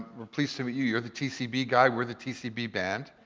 we're pleased to meet you. you're the tcb guy, we're the tcb band.